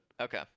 okay